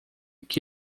que